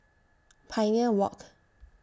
Pioneer Walk